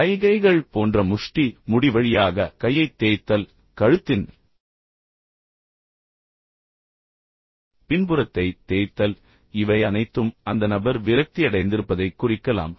சைகைகள் போன்ற முஷ்டி முடி வழியாக கையைத் தேய்த்தல் கழுத்தின் பின்புறத்தைத் தேய்த்தல் இவை அனைத்தும் அந்த நபர் விரக்தியடைந்திருப்பதைக் குறிக்கலாம்